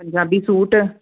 Punjabi suit